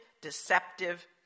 deceptive